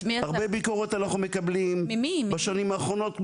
הרבה ביקורות אנחנו מקבלים בשנים האחרונות,